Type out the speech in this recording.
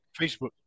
Facebook